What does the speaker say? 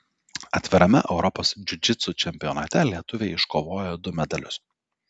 atvirame europos džiudžitsu čempionate lietuviai iškovojo du medalius